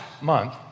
month